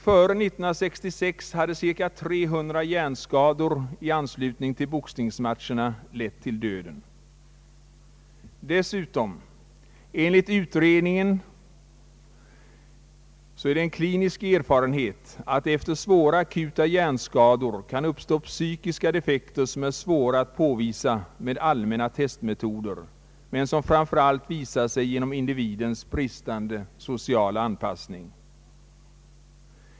Före 1966 hade cirka 300 hjärnskador i anslutning till boxningsmatcher lett till döden. Dessutom är det enligt utredningen en klinisk erfarenhet att det efter allvarliga akuta hjärnskador kan uppstå psykiska defekter som är svåra att påvisa med allmänna testmetoder, men som framför allt visar sig genom individens bristande sociala anpassning.